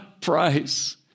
price